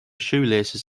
shoelaces